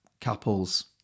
couples